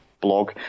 blog